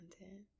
content